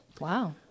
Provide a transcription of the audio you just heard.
Wow